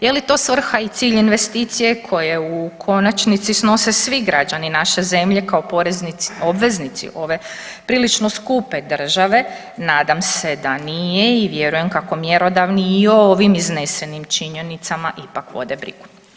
Je li to svrha i cilj investicije koje u konačnici, snose svi građani naše zemlje kao porezni obveznici ove prilično skupe države, nadam se da nije i vjerujem kako mjerodavni i o ovim iznesenim činjenicama ipak vode brigu.